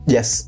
Yes